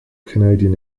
canadian